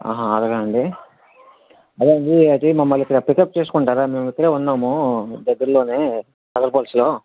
ఆహా అలాగా అండి అదండీ అది మమ్మల్ని పిక పికప్ చేసుకుంటారా మేము ఇక్కడే ఉన్నాము దగ్గరిలోనే తగరపరిషలో